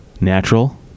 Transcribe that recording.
Natural